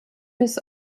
bis